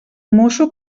mosso